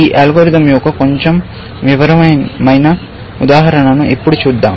ఈ అల్గోరిథం యొక్క కొంచెం వివరమైన ఉదాహరణను ఇప్పుడు చూద్దాం